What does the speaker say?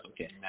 okay